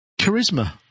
charisma